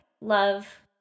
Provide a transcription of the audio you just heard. love